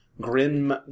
grim